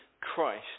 Christ